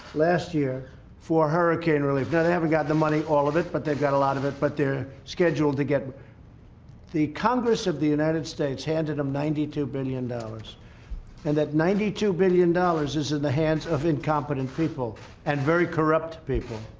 last year for hurricane relief now, they haven't got the money all of it, but they've got a lot of it but they're scheduled to get the congress of the united states handed them ninety two billion dollars and that ninety two billion dollars is in the hands of incompetent people and very corrupt people